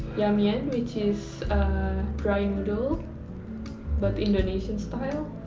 yamien which is dry noodle but indonesian style,